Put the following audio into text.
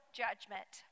judgment